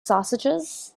sausages